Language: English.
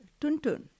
Tuntun